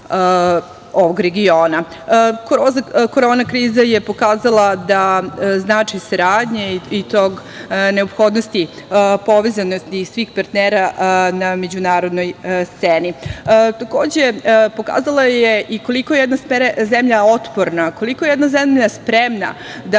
ovog regiona. Korona kriza je pokazala da značaj saradnje i neophodnosti povezanosti svih partnera na međunarodnoj sceni. Takođe, pokazala je i koliko je jedna zemlja otporna, koliko je jedna zemlja spremna da